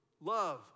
love